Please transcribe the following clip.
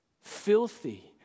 filthy